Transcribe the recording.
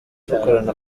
dukorana